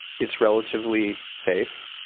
it's relatively safe,